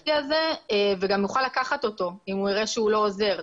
הכלי הזה והוא גם יוכל לקחת אותו אם הוא יראה שהוא לא עוזר,